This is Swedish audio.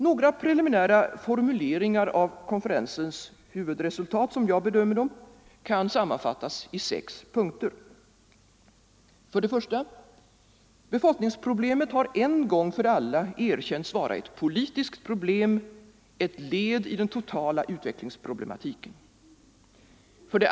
Några preliminära formuleringar av konferensens huvudresultat, som jag bedömer dem, kan sammanfattas i sex punkter. 1. Befolkningsproblemet har en gång för alla erkänts vara ett politiskt problem, ett led i den totala utvecklingsproblematiken. 2.